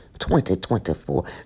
2024